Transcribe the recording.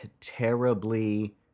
terribly